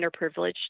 underprivileged